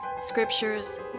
scriptures